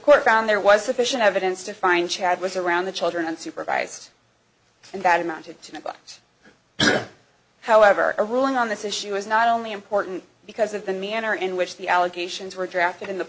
court found there was sufficient evidence to find chad was around the children unsupervised and that amounted to neglect however a ruling on this issue is not only important because of the manner in which the allegations were drafted in